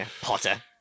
Potter